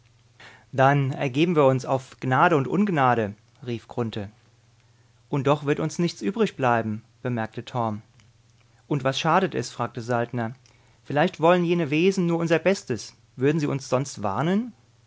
dann ergeben wir uns auf gnade und ungnade rief grunthe und doch wird uns nichts übrig bleiben bemerkte torm und was schadet es fragte saltner vielleicht wollen jene wesen nur unser bestes würden sie uns sonst warnen